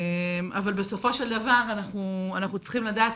אבל בסופו של דבר, אנחנו צריכים לדעת